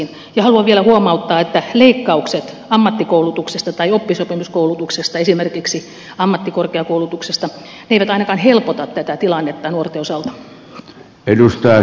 ja haluan vielä huomauttaa että leikkaukset ammattikoulutuksesta tai oppisopimuskoulutuksesta esimerkiksi ammattikorkeakoulutuksesta eivät ainakaan helpota tätä tilannetta nuorten osalta